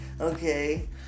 Okay